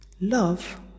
Love